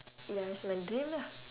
ya is my dream lah